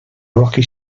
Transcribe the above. rocky